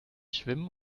schwimmen